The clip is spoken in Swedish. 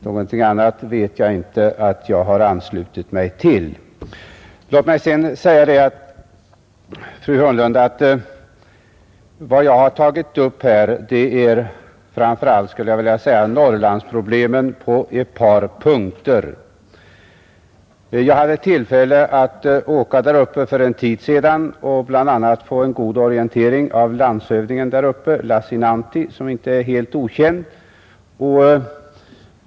Låt mig sedan, fru Hörnlund, säga att vad jag har tagit upp är framför allt Norrlandsproblemen. Jag hade för en tid sedan tillfälle att resa där uppe och fick då bl.a. en god orientering av landshövding Lassinantti, som ju inte är helt okänd.